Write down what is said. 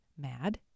mad